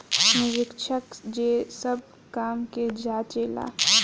निरीक्षक जे सब काम के जांचे ला